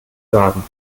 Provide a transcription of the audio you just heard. sagen